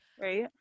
right